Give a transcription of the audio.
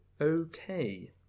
okay